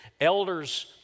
Elders